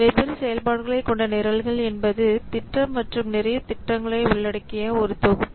வெவ்வேறு செயல்பாடுகளை கொண்ட நிரல்கள் என்பது திட்டம் மற்றும் நிறைய திட்டங்களை உள்ளடக்கிய ஒரு தொகுப்பு